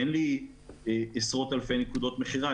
אין לי עשרות אלפי נקודות מכירה.